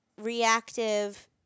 reactive